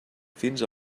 fins